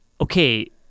okay